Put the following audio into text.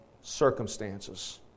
circumstances